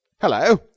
Hello